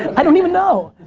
i don't even know,